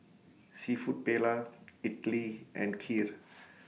Seafood Paella Idili and Kheer